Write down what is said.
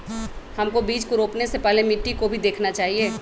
हमको बीज को रोपने से पहले मिट्टी को भी देखना चाहिए?